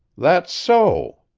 that's so.